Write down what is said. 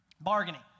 bargaining